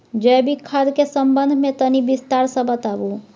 जैविक खाद के संबंध मे तनि विस्तार स बताबू?